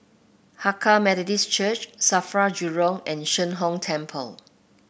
Hakka Methodist Church Safra Jurong and Sheng Hong Temple